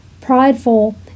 prideful